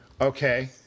Okay